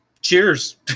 cheers